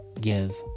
give